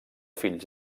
fills